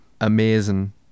amazing